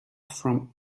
from